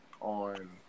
on